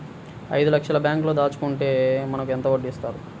ఐదు లక్షల బ్యాంక్లో దాచుకుంటే మనకు ఎంత వడ్డీ ఇస్తారు?